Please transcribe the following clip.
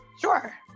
Sure